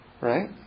Right